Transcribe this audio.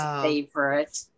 favorite